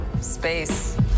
Space